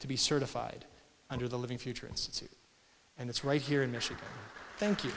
to be certified under the living futurists and it's right here in michigan thank you